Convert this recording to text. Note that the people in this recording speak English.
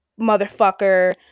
motherfucker